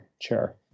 Chair